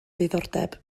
diddordeb